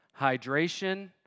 Hydration